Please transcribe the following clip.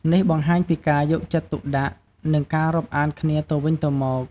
នេះបង្ហាញពីការយកចិត្តទុកដាក់ និងការរាប់អានគ្នាទៅវិញទៅមក។